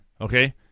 Okay